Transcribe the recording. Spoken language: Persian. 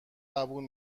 قبول